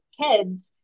kids